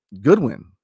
goodwin